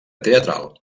teatral